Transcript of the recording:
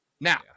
Now